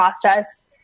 process